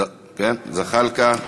זחאלקה,